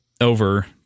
over